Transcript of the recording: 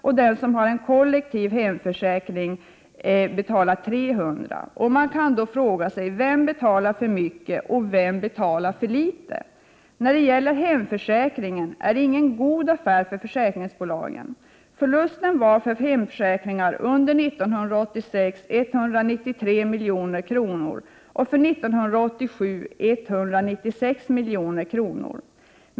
och den andre, som har en kollektiv hemförsäkring, betalar 300 kr. Man kan då fråga sig: Vem betalar för mycket och vem betalar för litet? Hemförsäkringarna är ingen god affär för försäkringsbolagen. Förlusten för hemförsäkringar var 193 milj.kr. år 1986 och 196 milj.kr. år 1987.